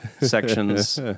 sections